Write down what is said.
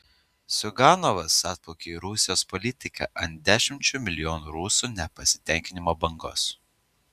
ziuganovas atplaukė į rusijos politiką ant dešimčių milijonų rusų nepasitenkinimo bangos